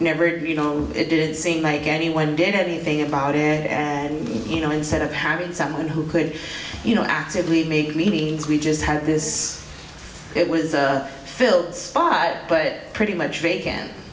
never you know it didn't seem like anyone did anything about it and you know instead of having someone who could you know actively make meetings we just had this it was a fill spot but pretty much